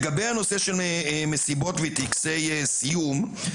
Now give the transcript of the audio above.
לגבי הנושא של מסיבות וטקסי סיום,